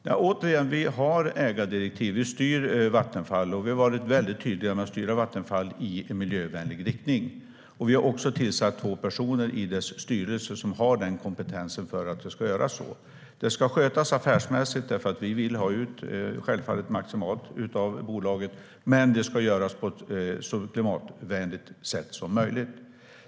Herr talman! Återigen: Vi har ägardirektiv. Vi styr Vattenfall. Vi har varit tydliga med att styra Vattenfall i miljövänlig riktning. Vi har tillsatt två personer i dess styrelse som har den kompetens som behövs för det. Vattenfall ska skötas affärsmässigt, för vi vill självfallet ha ut maximalt av bolaget, men det ska göras på ett så klimatvänligt sätt som möjligt.